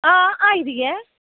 हां आई दी ऐ